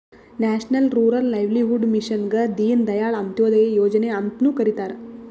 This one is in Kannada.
ನ್ಯಾಷನಲ್ ರೂರಲ್ ಲೈವ್ಲಿಹುಡ್ ಮಿಷನ್ಗ ದೀನ್ ದಯಾಳ್ ಅಂತ್ಯೋದಯ ಯೋಜನೆ ಅಂತ್ನು ಕರಿತಾರ